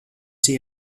see